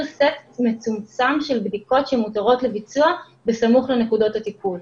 סט מצומצם של בדיקות שמותרות לביצוע בסמוך לנקודות הטיפול.